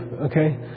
okay